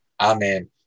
amen